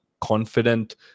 confident